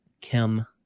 Kim